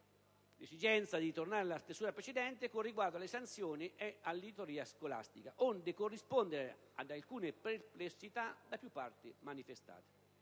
l'esigenza di ritornare alla stesura precedente con riguardo alle sanzioni e all'editoria scolastica, onde corrispondere ad alcune perplessità da più parti manifestate.